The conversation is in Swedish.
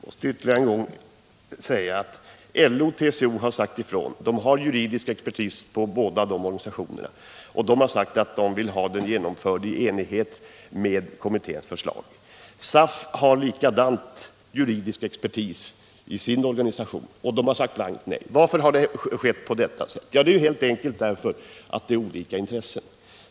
Herr talman! Jag måste ytterligare en gång framhålla att LO och TCO har sagt att man vill ha detta genomfört i enlighet med kommitténs förslag. Det finns juridisk expertis hos båda dessa organisationer. SAF, som likaså har juridisk expertis i sin organisation, har sagt blankt nej. Varför har det blivit på detta sätt? Jo, helt enkelt därför att man har olika intressen.